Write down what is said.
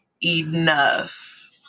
enough